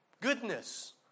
goodness